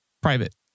private